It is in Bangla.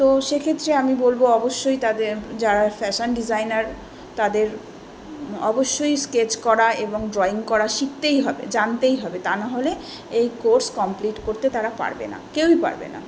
তো সে ক্ষেত্রে আমি বলবো অবশ্যই তাদের যারা ফ্যাশান ডিজাইনার তাদের অবশ্যই স্কেচ করা এবং ড্রইং করা শিখতেই হবে জানতেই হবে তা নাহলে এই কোর্স কমপ্লিট করতে তারা পারবে না কেউই পারবে না